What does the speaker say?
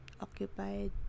occupied